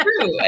true